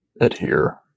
adhere